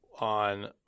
on